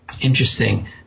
Interesting